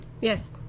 Yes